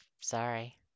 sorry